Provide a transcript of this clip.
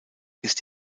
ist